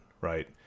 right